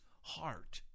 heart